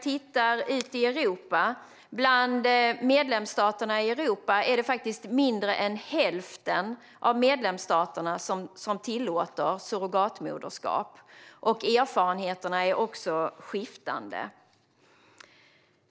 Mindre än hälften av EU:s medlemsstater tillåter surrogatmoderskap, och erfarenheterna är skiftande.